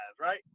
right